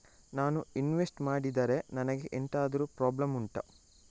ನಾನು ಇನ್ವೆಸ್ಟ್ ಮಾಡಿದ್ರೆ ನನಗೆ ಎಂತಾದ್ರು ಪ್ರಾಬ್ಲಮ್ ಉಂಟಾ